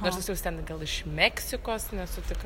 nors jis jau jis ten gal iš meksikos nesu tikra